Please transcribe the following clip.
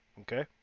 okay